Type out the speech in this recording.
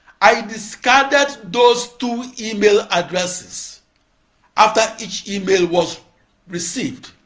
i discarded those two email addresses after each email was received.